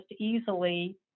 easily